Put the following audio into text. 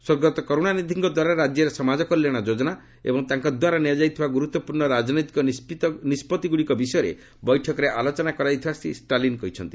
ସ୍ୱର୍ଗତ କରୁଣାନିଧିଙ୍କ ଦ୍ୱାରା ରାଜ୍ୟରେ ସମାଜକଲ୍ୟାଣ ଯୋଜନା ଏବଂ ତାଙ୍କ ଦ୍ୱାରା ନିଆଯାଇଥିବା ଗୁରୁତ୍ୱପୂର୍ଣ୍ଣ ରାଜନୈତିକ ନିଷ୍ପଭିଗୁଡ଼ିକ ବିଷୟରେ ବୈଠକରେ ଆଲୋଚନା କରାଯାଇଥିବା ଶ୍ରୀ ଷ୍ଟାଲିନ୍ କହିଛନ୍ତି